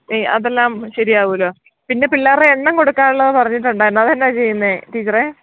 ഈ അതെല്ലാം ശരിയാകുമല്ലൊ പിന്നെ പിള്ളേരുടെ എണ്ണം കൊടുക്കാനുള്ളത് പറഞ്ഞിട്ടുണ്ടായിരുന്നു അത് എന്താ ചെയ്യുന്നത് ടീച്ചറെ